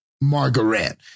Margaret